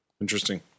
Interesting